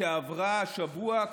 שעברה השבוע,